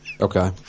Okay